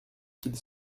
qu’ils